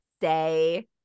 say